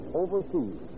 overseas